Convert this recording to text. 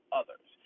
others